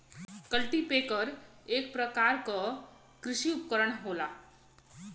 cultipacker एक परकार के कृषि उपकरन होला